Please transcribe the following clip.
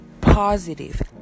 positive